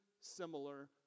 similar